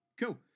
Cool